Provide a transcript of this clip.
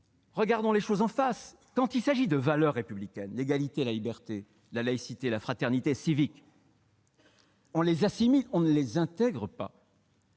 Regardons les choses en face : les valeurs républicaines d'égalité, de liberté, de laïcité, de fraternité civique, on les assimile, on ne les intègre pas.